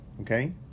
okay